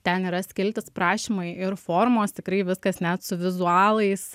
ten yra skiltis prašymai ir formos tikrai viskas net su vizualais